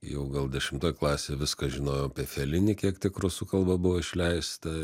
jau gal dešimtoj klasėj viską žinojau apie felinį kiek tik rusų kalba buvo išleista